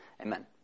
Amen